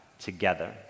together